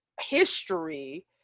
history